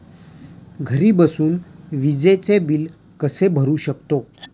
घरी बसून विजेचे बिल कसे भरू शकतो?